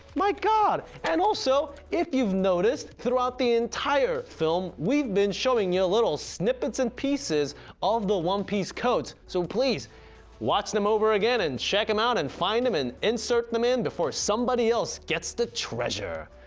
my god. and also if you've noticed throughout the entire film we've been showing you snippets and pieces of the one piece codes. so please watch them over again and check em out and find em and insert them in before somebody else gets the treasure!